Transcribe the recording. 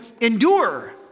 endure